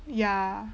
ya